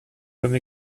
comme